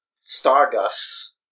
stardust